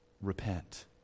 repent